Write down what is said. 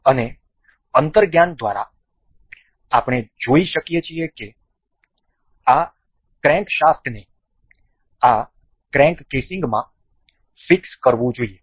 અને અંતર્જ્ઞાન દ્વારા આપણે જોઈ શકીએ છીએ કે આ ક્રેન્કશાફ્ટને આ ક્રેંક કેસિંગમાં ફિક્સ કરવું જોઈએ